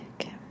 Okay